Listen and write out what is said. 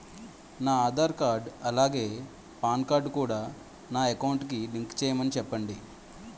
నా ఆధార్ కార్డ్ అలాగే PAN card కూడా నా అకౌంట్ కి లింక్ చేయమని చెప్పండి